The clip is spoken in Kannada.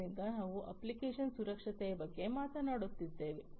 ಆದ್ದರಿಂದ ನಾವು ಅಪ್ಲಿಕೇಶನ್ ಸುರಕ್ಷತೆಯ ಬಗ್ಗೆ ಮಾತನಾಡುತ್ತಿದ್ದೇವೆ